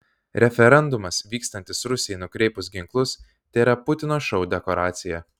referendumas vykstantis rusijai nukreipus ginklus tėra putino šou dekoracija